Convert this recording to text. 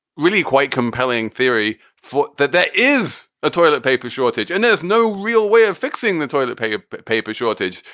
really quite compelling theory for that there is a toilet paper shortage and there's no real way of fixing the toilet paper but paper shortage.